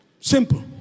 Simple